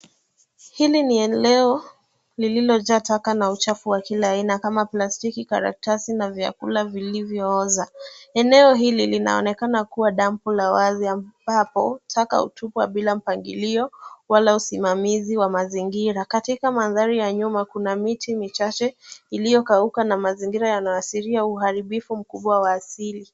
Hili ni eneo lililojaa taka na uchafu wa kila aina kama plastiki, karatasi na vyakula vilivyooza. Eneo hili linaonekana kuwa dampo la wazi ambapo taka hutupwa bila mpangilio wala usimamizi wa mazingira. Katika mandhari ya nyuma, kuna miti michache iliyokauka na mazingira yanaashiria uharibifu mkubwa wa asili.